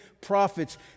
prophets